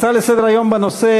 הצעה לסדר-היום מס'